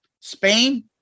Spain